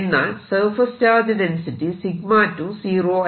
എന്നാൽ surface charge density 𝜎 2 zero അല്ല